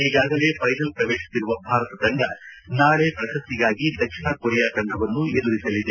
ಈಗಾಗಲೇ ಫೈನಲ್ ಪ್ರವೇಶಿಸಿರುವ ಭಾರತ ತಂದ ನಾಳೆ ಪ್ರಶಸ್ತಿಗಾಗಿ ದಕ್ಷಿಣ ಕೊರಿಯಾ ತಂದವನ್ನು ಎದುರಿಸಲಿದೆ